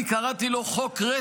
אני קראתי לו חוק רטרו: